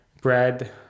bread